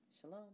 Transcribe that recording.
Shalom